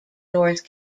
north